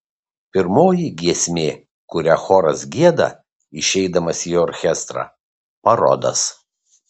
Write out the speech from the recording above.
pirmoji giesmė kurią choras gieda išeidamas į orchestrą parodas